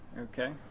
okay